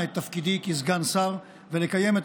חבריי לאופוזיציה, הגיע הזמן שתהיו באמת